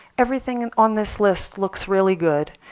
everything and on this list looks really good.